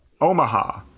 Omaha